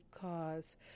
cause